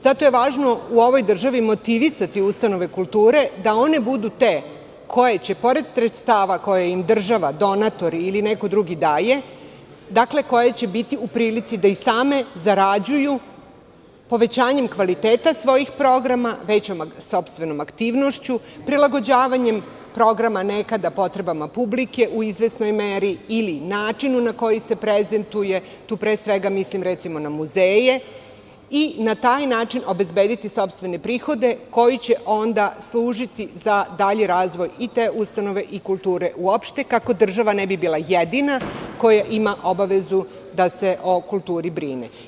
Zato je važno u ovoj državi motivisati ustanove kulture da one budu te koje će, pored sredstava koje im država, donatori ili neko drugi daje, biti u prilici da same zarađuju povećanjem kvaliteta svojih programa, većom sopstvenom aktivnošću, prilagođavanjem programa nekada potrebama publike u izvesnoj meri ili načinu na koji se prezentuje, tu pre svega mislim na muzeje, i na taj način obezbediti sopstvene prihode koji će služiti za dalji razvoj i te ustanove i kulture uopšte, kako država ne bi bila jedina koja ima obavezu da se o kulturi brine.